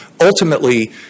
Ultimately